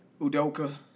Udoka